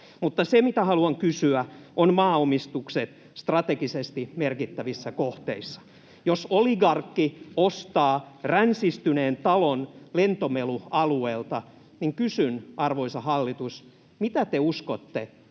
Mutta se, mitä haluan kysyä, on maaomistukset strategisesti merkittävissä kohteissa. Jos oligarkki ostaa ränsistyneen talon lentomelualueelta, niin kysyn, arvoisa hallitus, mitä te uskotte oligarkin,